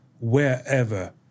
wherever